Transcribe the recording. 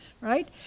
right